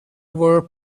were